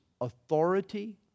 authority